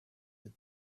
that